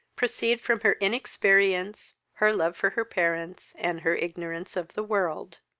proceed from her inexperience, her love for her parents, and her ignorance of the world.